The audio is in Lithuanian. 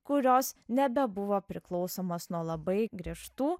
kurios nebebuvo priklausomos nuo labai griežtų